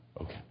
Okay